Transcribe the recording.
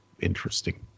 interesting